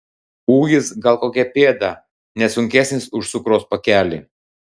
ūgis gal kokia pėda ne sunkesnis už cukraus pakelį